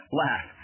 laugh